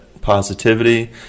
positivity